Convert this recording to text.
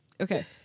Okay